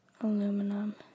aluminum